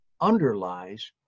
underlies